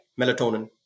melatonin